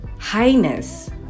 highness